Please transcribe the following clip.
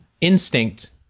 instinct